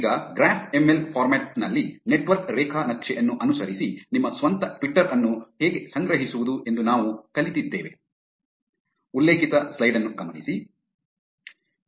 ಈಗ graph M L format ದಲ್ಲಿ network ರೇಖಾ ನಕ್ಷೆ ಅನ್ನು ಅನುಸರಿಸಿ ನಿಮ್ಮ ಸ್ವಂತ ಟ್ವಿಟರ್ ಅನ್ನು ಹೇಗೆ ಸಂಗ್ರಹಿಸುವುದು ಎಂದು ನಾವು ಕಲಿತಿದ್ದೇವೆ